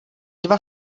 dva